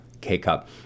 K-cup